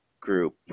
group